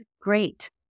great